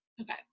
okay